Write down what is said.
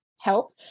help